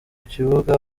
kibuga